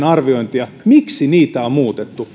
arviointia näistä vaikutuksista on muutettu